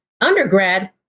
undergrad